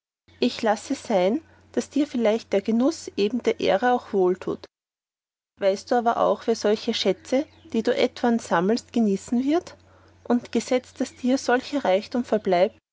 ich lasse sein daß dir vielleicht der genuß neben der ehre auch wohltut weißt du aber auch wer solche schätze die du etwan sammlest genießen wird und gesetzt daß dir solcher reichtum verbleibt